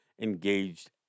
engaged